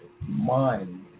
mind